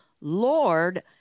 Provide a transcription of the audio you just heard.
Lord